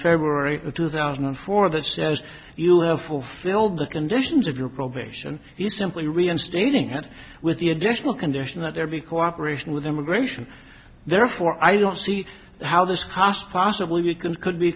february of two thousand and four that says you have fulfilled the conditions of your probation he simply reinstating and with the additional condition that there be cooperation with immigration therefore i don't see how this cost possibly can could be